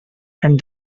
and